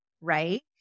right